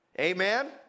Amen